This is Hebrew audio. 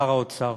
שר האוצר,